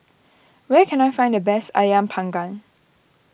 where can I find the best Ayam Panggang